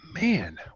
man